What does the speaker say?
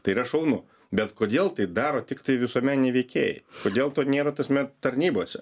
tai yra šaunu bet kodėl tai daro tiktai visuomeniniai veikėjai kodėl to nėra ta prasme tarnybose